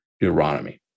Deuteronomy